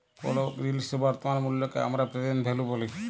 কোলো জিলিসের বর্তমান মুল্লকে হামরা প্রেসেন্ট ভ্যালু ব্যলি